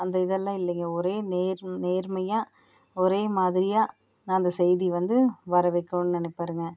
அந்த இதெல்லாம் இல்லைங்க ஒரே நேர் நேர்மையாக ஒரே மாதிரியாக அந்த செய்தி வந்து வற வைக்கணுன்னு நினைப்பாருங்க